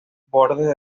bordes